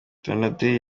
donadei